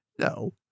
No